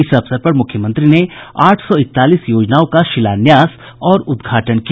इस अवसर पर मुख्यमंत्री ने आठ सौ इकतालीस योजनाओं का शिलान्यास और उद्घाटन किया